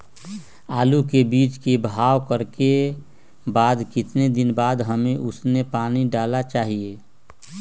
आलू के बीज के भाव करने के बाद कितने दिन बाद हमें उसने पानी डाला चाहिए?